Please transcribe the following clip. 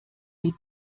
die